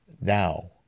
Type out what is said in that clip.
Now